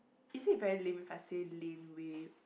is it very lame if I say Laneway